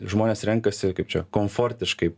žmonės renkasi kaip čia komfortiškai